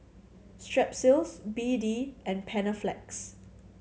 Strepsils B D and Panaflex